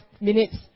minutes